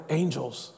angels